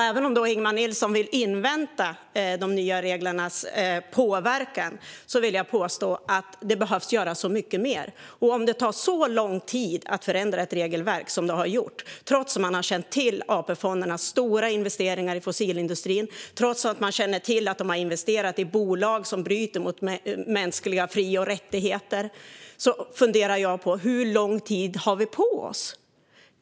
Även om Ingemar Nilsson vill invänta de nya reglernas påverkan vill jag påstå att det behöver göras mycket mer. Om det tar så lång tid att förändra ett regelverk som det har gjort - trots att man har känt till AP-fondernas stora investeringar i fossilindustrin och att de har investerat i bolag som bryter mot mänskliga fri och rättigheter - undrar jag: Hur lång tid har vi på oss?